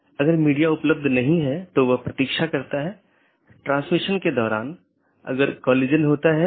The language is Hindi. OSPF और RIP का उपयोग AS के माध्यम से सूचना ले जाने के लिए किया जाता है अन्यथा पैकेट को कैसे अग्रेषित किया जाएगा